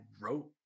wrote